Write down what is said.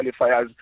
qualifiers